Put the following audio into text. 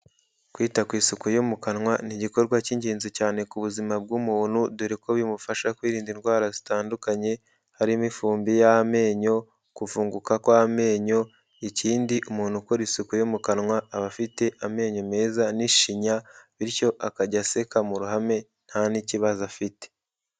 Kwita ku isuku yo mu kanwa ni igikorwa cy'ingenzi cyane ku buzima bw'umuntu, dore ko bimufasha kwirinda indwara zitandukanye, harimo ifumbi y'amenyo, kuvunguka kw'amenyo, ikindi umuntu ukora isuku yo mu kanwa aba afite amenyo meza n'ishinya, bityo akajya aseka mu ruhame nta n'ikibazo afite.